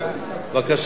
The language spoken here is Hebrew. לא, הבנתי.